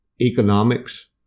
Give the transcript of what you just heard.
economics